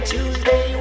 Tuesday